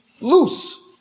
loose